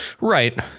right